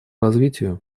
развитию